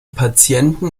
patienten